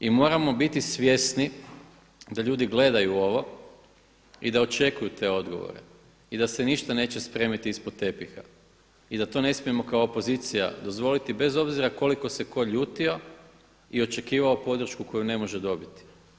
I moramo biti svjesni da ljudi gledaju ovo i da očekuju te odgovore i da se ništa neće spremiti ispod tepiha i da to ne smijemo kao opozicija dozvoliti bez obzira koliko se tko ljutio i očekivao podršku koju ne može dobiti.